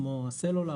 כמו הסלולר,